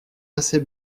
assez